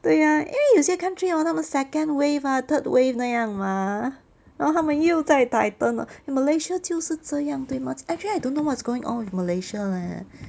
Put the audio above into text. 对呀因为有些 country hor 他们 second wave ah third wave 那样吗然后他们又在 tighten malaysia 就是这样对吗 actually I don't know what's going on with malaysia leh